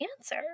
answer